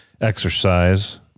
exercise